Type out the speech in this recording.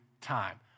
time